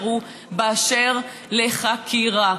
על חקירה,